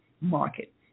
market